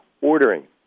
ordering